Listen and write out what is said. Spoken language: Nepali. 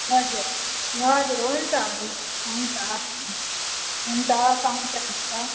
हजुर हजुर हुन्छ हुन्छ हुन्छ हवस् हुन्छ सँगै जानुपर्छ